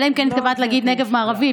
אלא אם כן התכוונת להגיד "נגב מערבי".